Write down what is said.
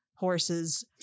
horses